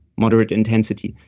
moderate intensity,